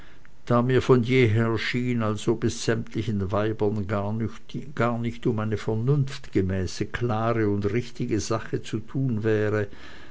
da es mir von jeher schien als ob es sämtlichen weibern gar nicht um eine vernunftgemäße klare und richtige sache zu tun wäre